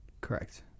Correct